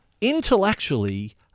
intellectually